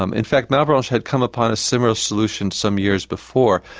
um in fact malebranche had come upon a similar solution some years before.